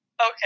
Okay